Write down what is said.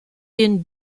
den